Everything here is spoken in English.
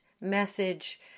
message